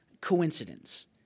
Coincidence